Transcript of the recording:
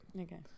Okay